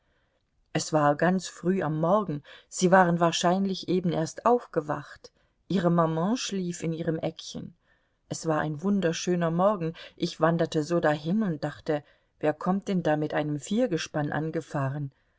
es war ganz früh am morgen sie waren wahrscheinlich eben erst aufgewacht ihre maman schlief in ihrem eckchen es war ein wunderschöner morgen ich wanderte so dahin und dachte wer kommt denn da mit einem viergespann angefahren